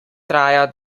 traja